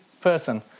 person